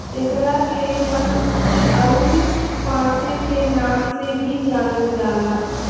एकरा के वनफूल अउरी पांसे के नाम से भी जानल जाला